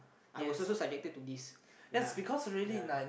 I was also subjected to this ya ya